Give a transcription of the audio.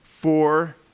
Four